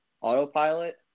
autopilot